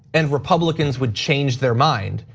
and republicans would change their mind,